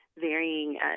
varying